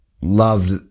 loved